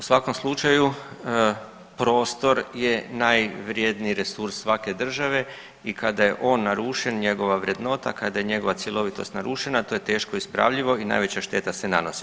U svakom slučaju prostor je najvrijedniji resurs svake države i kada je on narušen, njegova vrednota, kada je njegova cjelovitost narušena to je teško ispravljivo i najveća šteta se nanosi.